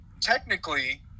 technically